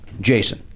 Jason